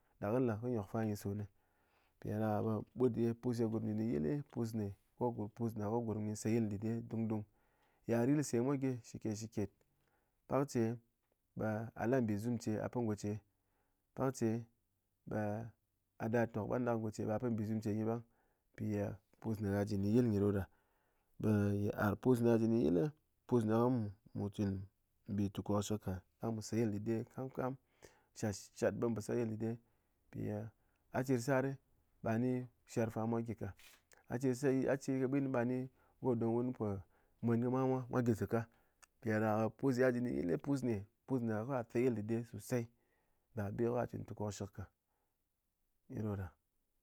Ɗa kɨ lé kɨne nyok fa nyi son mpiɗáɗaká ɓe ɓut nyi pus ne ye grum ji ndɨn yil pus ne ko grum nyi se yil ndɨde dungdung, yit ar yilse mwa gyi shiketshiket, pakce ɓe a la nbizumce a pɨn goce, pakce ɓe a da tok ɓangdak goce ɓe gha pɨn nbizum ce nyi ɓang mpi ye pus ne gha ji ndɨn yil nyi ɗoɗa, ɓe yit'ar pus ne gha ji ndɨn yil, pus ne ko mu chin mbi tukok shik ka ɗang mu se yil dɨde kamam shat shat be mun po seyil dɨde mpi ye a chir sar ɓa ni sher fa mwa gyi ka, a chir kɨ bwin ɓa ni go don wun po mwen kɨ mwa mwa, mwa gyi zaka, mpiɗáɗaká pus ye gha ji ndɨn yil pus ne pus ne ko gha seyil ndɨde sosai ba bi ko gha chin tukok shik ka, nyi ɗoɗa.